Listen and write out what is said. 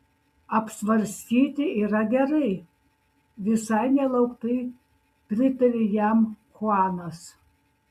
apsvarstyti yra gerai visai nelauktai pritarė jam chuanas